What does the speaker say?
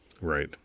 right